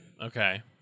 Okay